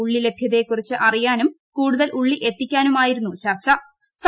ഉള്ളി ലഭ്യതയെ ക്കുറിച്ച് അറിയാനും കൂടുതൽ ഉള്ളി എത്തിക്കാനുമായിരുന്നു ചർച്ചു